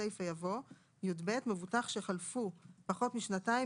בסיפא יבוא: "(יב) מבוטח שחלפו פחות משנתיים